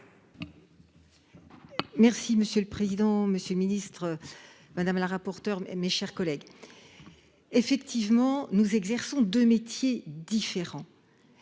Merci monsieur le président, monsieur le ministre. Madame la rapporteure mes, mes chers collègues. Effectivement nous exerçons de métiers différents.